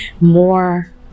more